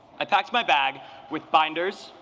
i packed my bag with binders,